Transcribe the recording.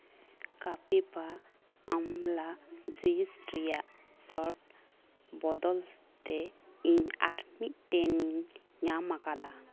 ᱠᱟᱹᱯᱤᱵᱷᱟ ᱟᱢᱞᱟ ᱡᱩᱥ ᱨᱮᱭᱟᱜ ᱥᱚᱨᱴ ᱵᱚᱫᱚᱞ ᱛᱮ ᱤᱧ ᱟᱨ ᱢᱤᱫᱴᱮᱱ ᱤᱧ ᱧᱟᱢ ᱟᱠᱟᱫᱟ